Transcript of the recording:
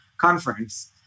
conference